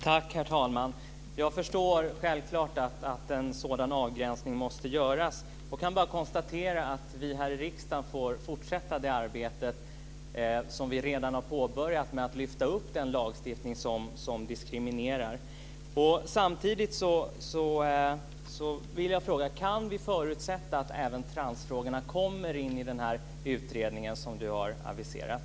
Herr talman! Jag förstår självfallet att en sådan avgränsning måste göras. Jag kan bara konstatera att vi här i riksdagen får fortsätta det arbete som vi redan har påbörjat med att lyfta upp den lagstiftning som diskriminerar. Dessutom vill jag fråga: Kan vi förutsätta att även transfrågorna kommer att behandlas i den utredning som Mona Sahlin har aviserat?